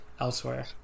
elsewhere